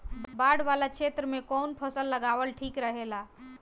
बाढ़ वाला क्षेत्र में कउन फसल लगावल ठिक रहेला?